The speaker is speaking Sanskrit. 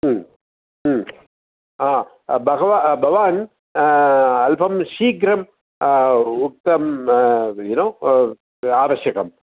हा बहवः भवान् अल्पं शीघ्रम् उक्तम् यू नो आवश्यकम्